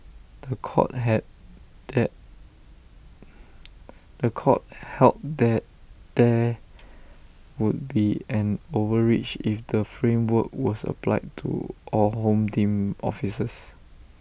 The Court had that The Court held that there would be an overreach if the framework was applied to all home team officers